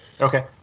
Okay